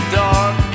dark